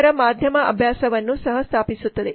ಜನರ ಮಾಧ್ಯಮ ಅಭ್ಯಾಸವನ್ನು ಸಹ ಸ್ಥಾಪಿಸುತ್ತದೆ